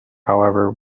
however